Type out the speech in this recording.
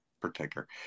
particular